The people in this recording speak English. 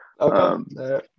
Okay